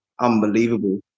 unbelievable